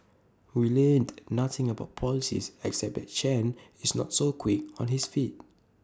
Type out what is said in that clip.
we learnt nothing about policies except that Chen is not so quick on his feet